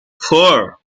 four